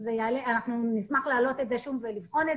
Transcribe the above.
אנחנו נשמח להעלות את זה שוב ולבחון את